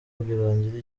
rwirangira